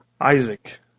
Isaac